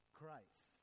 christ